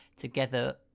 together